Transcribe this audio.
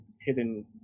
hidden